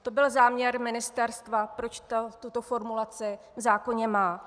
To byl záměr ministerstva, proč tuto formulaci v zákoně má.